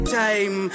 time